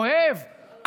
אוהב,